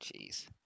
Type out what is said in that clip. Jeez